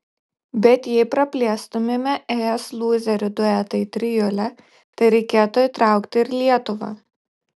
bet jei praplėstumėme es lūzerių duetą į trijulę tai reikėtų įtraukti ir lietuvą